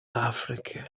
африке